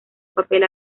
papel